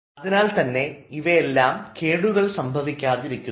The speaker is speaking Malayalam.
അതിനാൽ തന്നെ ഇവയെല്ലാം കേടുകൾ സംഭവിക്കാതിരിക്കുന്നു